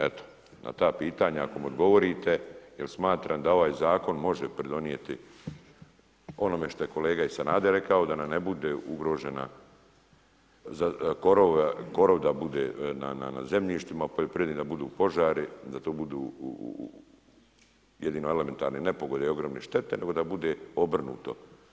Eto na ta pitanja ako mi odgovorite jer smatram da ovaj zakon može pridonijeti onome što je kolega Sanader rekao da nam ne bude ugrožena korov da bude na zemljištima, da budu požari, da to budu jedino elementarne nepogode i ogromne štete, nego da bude obrnuto.